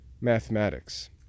mathematics